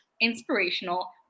inspirational